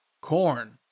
Corn